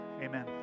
amen